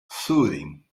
soothing